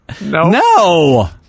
No